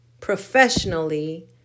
professionally